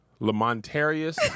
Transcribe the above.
Lamontarius